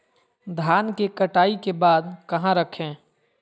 धान के कटाई के बाद कहा रखें?